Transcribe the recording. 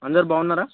అందరు బాగున్నారా